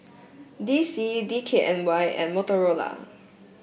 D C D K N Y and Motorola